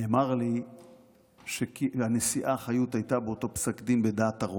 נאמר לי שהנשיאה חיות הייתה באותו פסק דין בדעת הרוב.